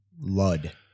*Lud*